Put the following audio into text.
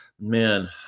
Man